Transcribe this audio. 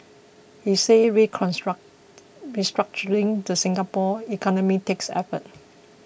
he said reconstruct restructuring the Singapore economy takes effort